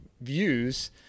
views